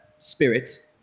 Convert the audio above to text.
spirit